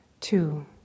Two